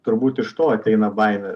turbūt iš to ateina baimė